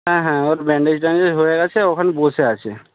হ্যাঁ হ্যাঁ ওর ব্যান্ডেজ ট্যান্ডেজ হয়ে গেছে ও এখন বসে আছে